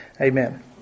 Amen